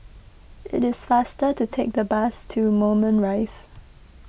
it is faster to take the bus to Moulmein Rise